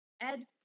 Ed